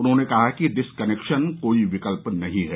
उन्होंने कहा कि डिसकनेक्शन कोई विकल्प नहीं है